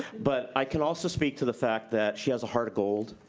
but, i can also speak to the fact that she has a heart of gold,